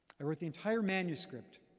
i wrote the entire manuscript,